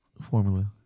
Formula